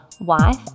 wife